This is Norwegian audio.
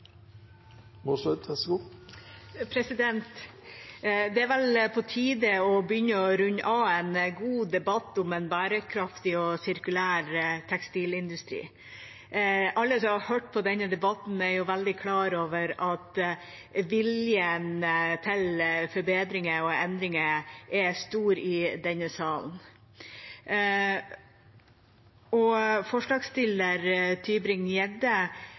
Det er vel på tide å begynne å runde av en god debatt om en bærekraftig og sirkulær tekstilindustri. Alle som har hørt på denne debatten, er veldig klar over at viljen til forbedringer og endringer er stor i denne salen. Forslagsstiller